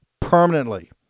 permanently